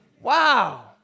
Wow